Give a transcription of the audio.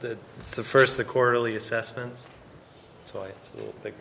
the first the quarterly assessments so i